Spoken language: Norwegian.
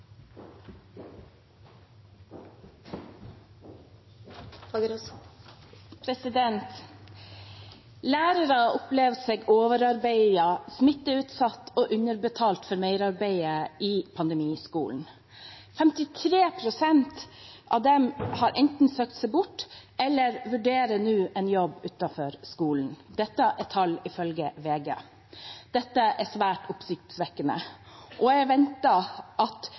og underbetalt for merarbeidet i pandemiskolen. 53 pst. av dem har enten søkt seg bort eller vurderer en jobb utenfor skolen. Dette er tall ifølge VG. Dette er svært oppsiktsvekkende, og jeg forventer at